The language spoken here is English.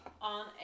On